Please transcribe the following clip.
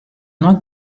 not